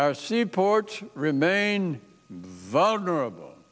our seaports remain vulnerable